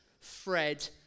Fred